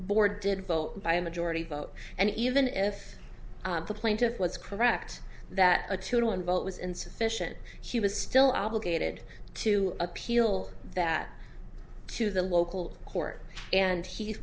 board did vote by a majority vote and even if the plaintiff was correct that a two to one vote was insufficient he was still obligated to appeal that to the local court and he